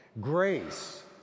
grace